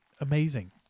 amazing